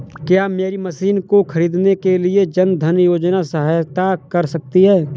क्या मेरी मशीन को ख़रीदने के लिए जन धन योजना सहायता कर सकती है?